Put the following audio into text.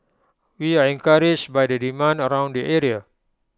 we are encouraged by the demand around the area